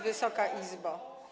Wysoka Izbo!